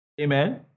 Amen